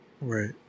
Right